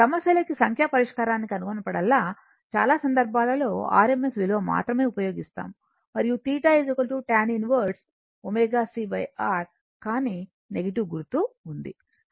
సమస్యలకి సంఖ్యా పరిష్కారాన్ని కనుగొన్నప్పుడల్లా చాలా సందర్భాలలో rms విలువ మాత్రమే ఉపయోగిస్తాము మరియు θ tan 1 1 ω c R కానీ గుర్తు ఉంది